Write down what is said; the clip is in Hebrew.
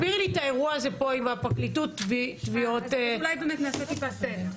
נעשה טיפה סדר.